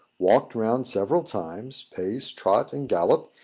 walked round several times, pace, trot, and gallop,